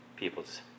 people's